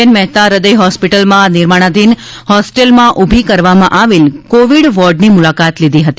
N Mehta હૃદય હોંસ્પિટલમાં નિર્માણાધિન હોસ્ટેલમાં ઉભી કરવામાં આવેલ કોવિડ વોર્ડની મુલાકાત લીધી હતી